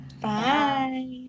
Bye